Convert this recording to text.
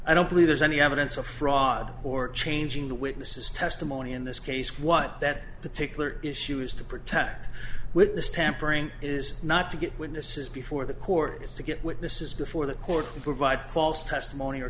i don't believe there's any evidence of fraud or changing the witness's testimony in this case what that particular issue is to protect witness tampering is not to get witnesses before the court is to get witnesses before the court and provide false testimony or